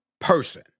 person